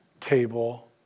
table